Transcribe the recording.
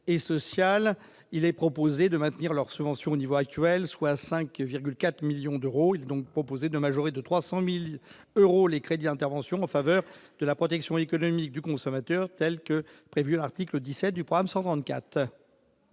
et social, il est proposé de maintenir leur subvention au niveau actuel, soit 5,4 millions d'euros, donc proposé de majorer de 300000 euros, les crédits d'intervention en faveur de la protection économique du consommateur, telle que prévue à l'article 17 du programme 134.